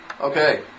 Okay